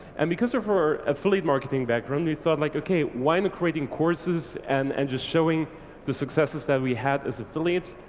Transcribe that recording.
and because they're for affiliate marketing background, we thought like, okay why not creating courses and and just showing the successes that we had as affiliates,